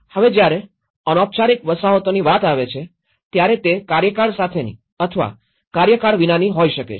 હવે જ્યારે અનૌપચારિક વસાહતોની વાત આવે છે ત્યાંરે તે કાર્યકાળ સાથેની અથવા કાર્યકાળ વિનાની હોય શકે છે